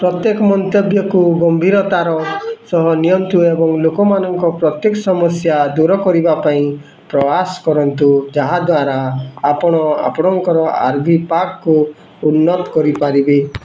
ପ୍ରତ୍ୟେକ ମନ୍ତବ୍ୟକୁ ଗମ୍ଭୀରତାର ସହ ନିଅନ୍ତୁ ଏବଂ ଲୋକମାନଙ୍କ ପ୍ରତ୍ୟେକ ସମସ୍ୟା ଦୂର କରିବା ପାଇଁ ପ୍ରୟାସ କରନ୍ତୁ ଯାହାଦ୍ଵାରା ଆପଣ ଆପଣଙ୍କ ଆର୍ ଭି ପାକ୍ କୁ ଉନ୍ନତ କରିପାରିବେ